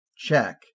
Check